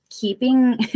keeping